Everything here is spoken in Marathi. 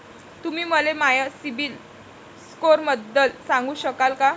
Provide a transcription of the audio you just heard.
तुम्ही मले माया सीबील स्कोअरबद्दल सांगू शकाल का?